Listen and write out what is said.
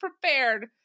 prepared